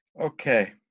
Okay